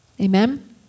Amen